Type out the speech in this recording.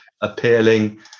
appealing